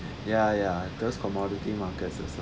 ya ya those commodity markets as well